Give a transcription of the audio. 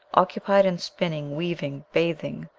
occupied in spinning, weaving, bathing,